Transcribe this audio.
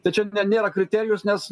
tai čia ne nėra kriterijus nes